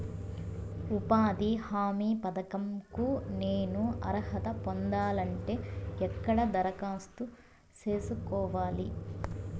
ఉపాధి హామీ పథకం కు నేను అర్హత పొందాలంటే ఎక్కడ దరఖాస్తు సేసుకోవాలి?